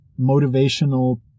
motivational